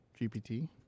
GPT